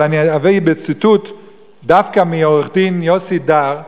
אבל אני אביא ציטוט דווקא מעו"ד יוסי דר,